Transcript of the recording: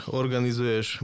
organizuješ